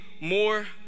more